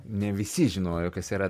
ne visi žinojo kas yra